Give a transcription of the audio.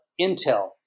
Intel